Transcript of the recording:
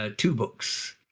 ah two books,